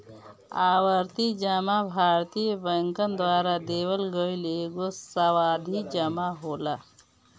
आवर्ती जमा भारतीय बैंकन द्वारा देहल गईल एगो सावधि जमा होला